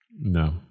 No